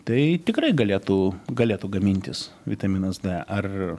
tai tikrai galėtų galėtų gamintis vitaminas d ar